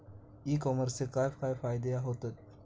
E कॉमर्सचे काय काय फायदे होतत?